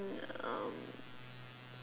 um